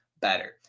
better